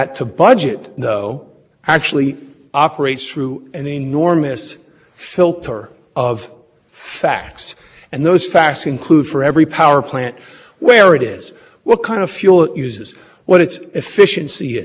different results so those as applied challenges are completely consistent with the notion that e p a can start with that uniform cost that is so important to making the plan go and work and work in a